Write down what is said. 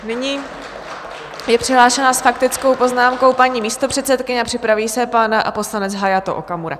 Nyní je přihlášena s faktickou poznámku paní místopředsedkyně a připraví se pan poslanec Hayato Okamura.